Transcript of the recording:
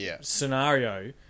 scenario